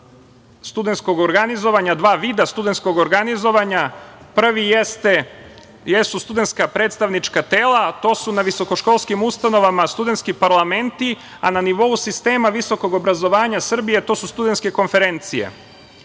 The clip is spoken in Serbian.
studentskog organizovanja, dva vida studentskog organizovanja. Prvi jesu studentska predstavnička tela, to su na visokoškolskim ustanovama studentski parlamenti a na nivou sistema visokog obrazovanja Srbije to su studentske konferencije. Drugi